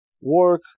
work